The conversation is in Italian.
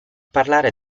parlare